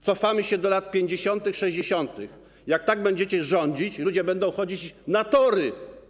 Cofamy się do lat 50., 60. Jak tak będziecie rządzić, ludzie będą chodzić na tory.